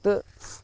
تہٕ